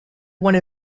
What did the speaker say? one